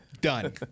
Done